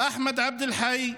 אחמד עבד אל-חי,